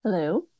Hello